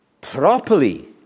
properly